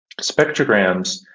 spectrograms